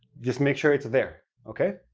just make sure it's there. okay?